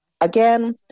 again